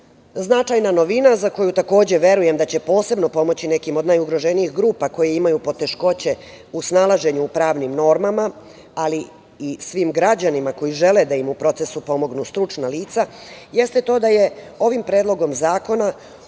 novina za koju takođe verujem da će posebno pomoći nekim od najugroženijih grupa koje imaju poteškoće u snalaženju u pravnim normama, ali i svim građanima koji žele da im u procesu pomognu stručna lica, jeste to da je ovim predlogom zakona